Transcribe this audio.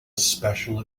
special